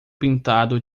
pintado